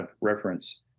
reference